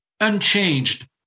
unchanged